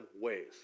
ways